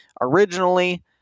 originally